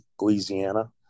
Louisiana